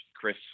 Chris